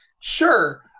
sure